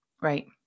Right